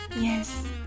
Yes